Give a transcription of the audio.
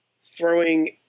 throwing